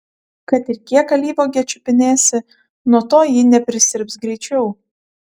kad ir kiek alyvuogę čiupinėsi nuo to ji neprisirps greičiau